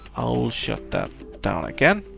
i'll shut that down again.